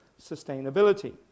sustainability